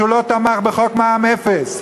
שהוא לא תמך בחוק מע"מ אפס,